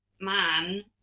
man